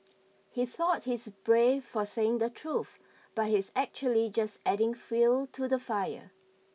he thought he's brave for saying the truth but he's actually just adding fuel to the fire